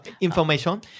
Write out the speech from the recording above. information